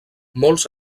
molts